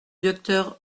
docteur